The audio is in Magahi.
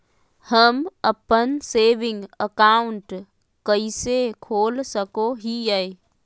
हम अप्पन सेविंग अकाउंट कइसे खोल सको हियै?